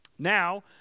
Now